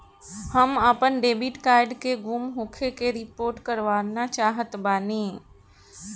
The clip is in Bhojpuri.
हम आपन डेबिट कार्ड के गुम होखे के रिपोर्ट करवाना चाहत बानी